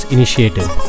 Initiative